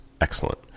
excellent